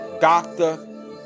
Doctor